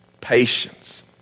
patience